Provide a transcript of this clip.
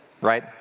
Right